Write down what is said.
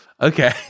Okay